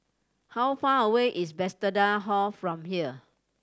how far away is Bethesda Hall from here